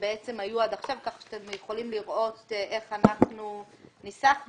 שהיו עד עכשיו כך שאתם יכולים לראות איך אנחנו ניסחנו.